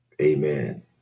Amen